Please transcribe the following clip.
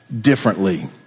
differently